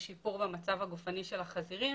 יש שיפור במצב הגופני של החזירים,